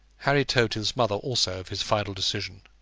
harry told his mother also of his final decision.